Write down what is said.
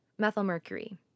methylmercury